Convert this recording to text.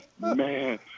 man